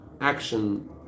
Action